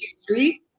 streets